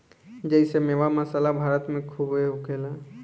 जेइसे मेवा, मसाला भारत मे खूबे होखेला